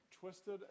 twisted